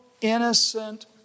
innocent